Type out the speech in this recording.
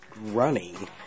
running